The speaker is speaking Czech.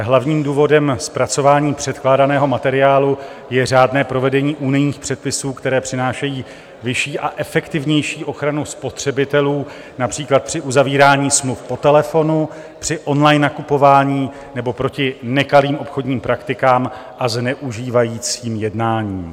Hlavním důvodem zpracování předkládaného materiálu je řádné provedení unijních předpisů, které přinášejí vyšší a efektivnější ochranu spotřebitelů, například při uzavírání smluv po telefonu, při online nakupování nebo proti nekalým obchodním praktikám a zneužívajícím jednáním.